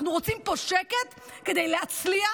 אנחנו רוצים פה שקט כדי להצליח